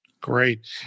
Great